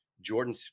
jordan